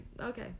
Okay